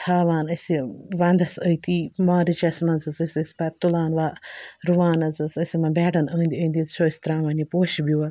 تھاوان أسۍ یہِ وَنٛدَس أتی مارچَس منٛز حظ ٲسۍ پَتہٕ تُلان وَ رُوان حظ ٲسۍ یِمَن بیٚڈَن أنٛدۍ أنٛدۍ حظ چھِ أسۍ ترٛاوان یہِ پوشہِ بیول